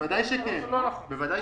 בוודאי שכן.